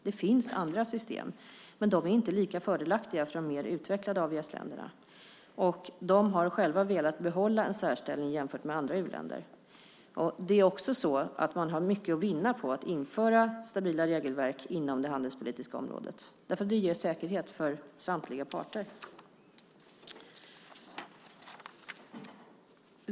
Det finns andra system, men de är inte lika fördelaktiga för de mer utvecklade AVS-länderna. De har själva velat behålla en särställning jämfört med andra u-länder. Det är också så att man har mycket att vinna på att införa stabila regelverk inom det handelspolitiska området. Det ger säkerhet för samtliga parter.